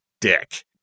Dick